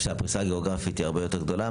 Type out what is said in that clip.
הפריסה הגאוגרפית היא הרבה יותר גדולה,